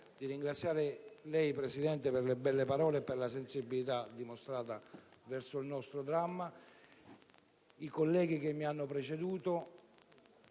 di ringraziare lei, Presidente, per le belle parole e la sensibilità dimostrata nei confronti del nostro dramma; i colleghi che mi hanno preceduto